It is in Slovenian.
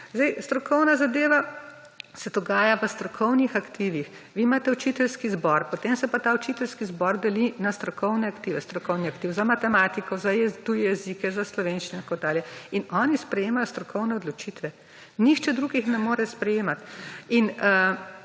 Zdaj strokovna zadeva se dogaja v strokovnih aktivih. Vi imate učiteljski zbor, potem pa se ta učiteljski zbor deli na strokovne aktive, strokovni aktiv za matematiko, za tuje jezike, za slovenščino in tako dalje. In oni sprejemajo strokovne odločitve. Nihče drug jih ne more sprejemati. In